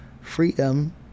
freedom